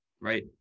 right